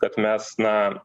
kad mes na